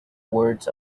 words